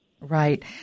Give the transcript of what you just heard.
Right